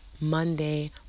Monday